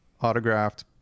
autographed